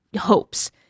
hopes